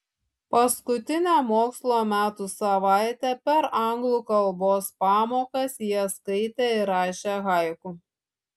paskutinę mokslo metų savaitę per anglų kalbos pamokas jie skaitė ir rašė haiku